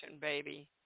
baby